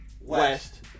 West